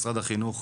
משרד החינוך,